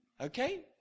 Okay